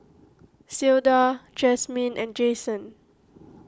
Clyda Jasmine and Jayson